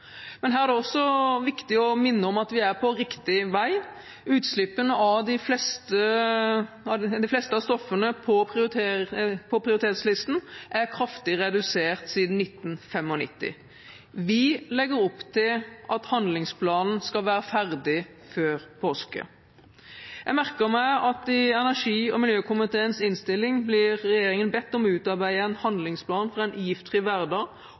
Her er det også viktig å minne om at vi er på riktig vei. Utslippene av de fleste stoffene på prioritetslisten er kraftig redusert siden 1995. Vi legger opp til at handlingsplanen skal være ferdig før påske. Jeg merker meg at regjeringen i energi- og miljøkomiteens innstilling blir bedt om å utarbeide en handlingsplan for en giftfri hverdag,